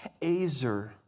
azer